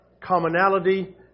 commonality